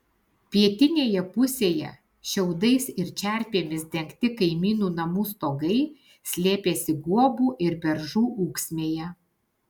pietinėje pusėje šiaudais ir čerpėmis dengti kaimynų namų stogai slėpėsi guobų ir beržų ūksmėje